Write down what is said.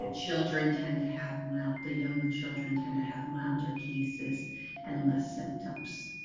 ah children tend to have mild, the younger children tend to have milder cases and less symptoms.